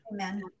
Amen